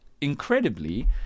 incredibly